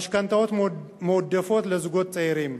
משכנתאות מועדפות לזוגות צעירים.